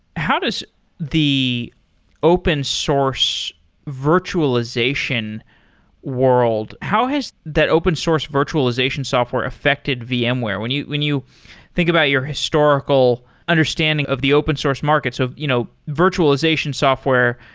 how does the open source virtualization world, how has that open source virtualization software affected vmware? when you when you think about your historical understanding of the open source markets, markets, you know virtualization software,